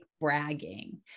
bragging